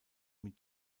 mit